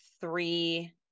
three